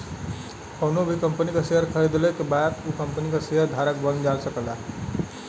कउनो भी कंपनी क शेयर खरीदले के बाद उ कम्पनी क शेयर धारक बनल जा सकल जाला